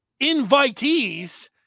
invitees